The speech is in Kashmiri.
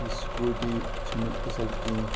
یہِ سکوٗٹی چھَنہٕ اَصٕل کِہیٖنۍ